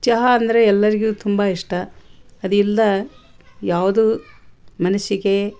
ಚಹಾ ಅಂದರೆ ಎಲ್ಲರಿಗೂ ತುಂಬಾ ಇಷ್ಟ ಅದಿಲ್ಲ ಯಾವುದು ಮನಸ್ಸಿಗೆ